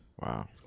Wow